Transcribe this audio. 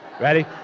Ready